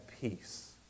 peace